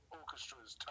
orchestras